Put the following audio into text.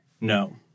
No